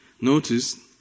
notice